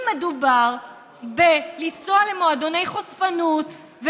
אם מדובר בלנסוע למועדוני חשפנות,